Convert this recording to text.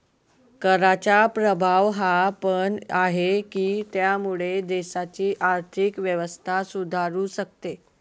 कराचा प्रभाव हा पण आहे, की त्यामुळे देशाची आर्थिक व्यवस्था सुधारू शकते